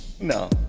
No